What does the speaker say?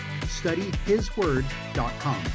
studyhisword.com